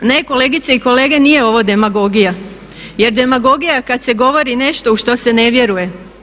Ne kolegice i kolege, nije ovo demagogija jer demagogija je kada se govori nešto u što se ne vjeruje.